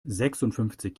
sechsundfünfzig